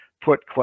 put